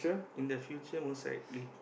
in the future most likely